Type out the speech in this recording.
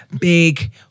big